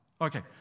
okay